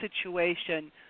situation